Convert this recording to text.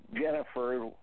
Jennifer